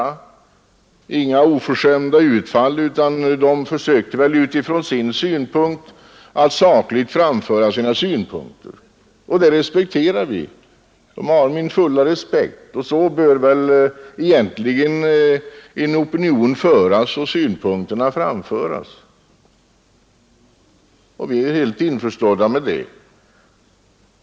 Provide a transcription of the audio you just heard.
De gjorde inga oförskämda utfall utan försökte att sakligt framföra sina synpunkter, och de har min fulla respekt för det. Så bör väl egentligen en opinion föras fram; vi är helt införstådda med det.